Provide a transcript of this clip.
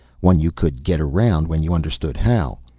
one you could get around when you understood how.